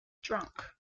drunk